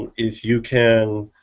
if you can.